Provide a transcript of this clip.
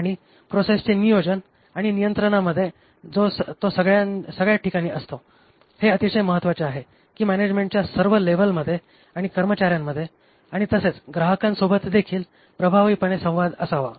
आणि प्रोसेसचे नियोजन आणि नियंत्रणामध्ये तो सगळ्या ठिकाणी असतो हे अतिशय महत्वाचे आहे की मॅनेजमेंटच्या सर्व लेव्हलमध्ये आणि कर्मचाऱ्यांमध्ये आणि तसेच ग्राहकांसोबतदेखील प्रभावीपणे संवाद असावा